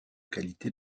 qualité